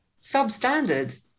Substandard